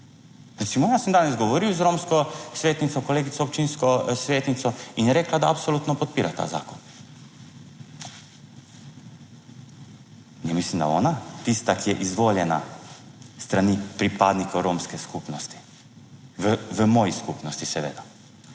Recimo jaz sem danes govoril z romsko svetnico, kolegico občinsko svetnico in je rekla, da absolutno podpira ta zakon. In mislim, da je ona tista, ki je izvoljena s strani pripadnikov romske skupnosti, v moji skupnosti seveda.